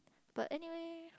but anywhere